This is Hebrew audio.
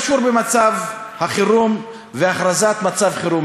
אינו קשור במצב החירום ובהכרזת מצב חירום,